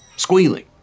squealing